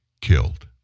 killed